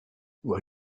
why